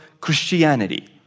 Christianity